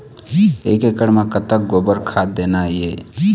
एक एकड़ म कतक गोबर खाद देना ये?